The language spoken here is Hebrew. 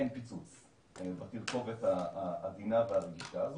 אין פיצוץ בתרכובת העדינה והרגישה הזאת,